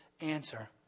answer